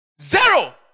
Zero